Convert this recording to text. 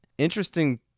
Interesting